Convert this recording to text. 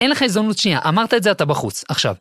אין לך הזדמנות שנייה, אמרת את זה, אתה בחוץ. עכשיו.